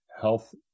health